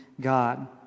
God